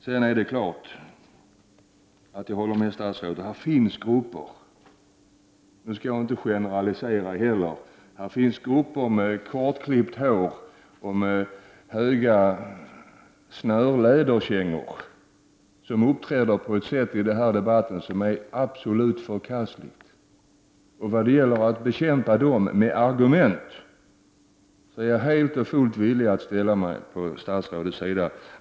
Jag vill inte generalisera, men det är riktigt att det finns grupper av människor med kortklippt hår, klädda i höga snörläderkängor, som i denna debatt uppträder på ett sätt som är absolut förkastligt. Då det gäller att bekämpa dem med argument, är jag fullt villig att ställa mig på statsrådets sida.